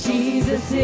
Jesus